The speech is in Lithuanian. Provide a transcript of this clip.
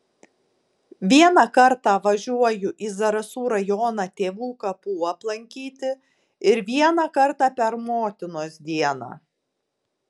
vieną kartą važiuoju į zarasų rajoną tėvų kapų aplankyti ir vieną kartą per motinos dieną